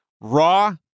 Raw